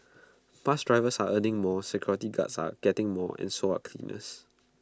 bus drivers are earning more security guards are getting more and so are cleaners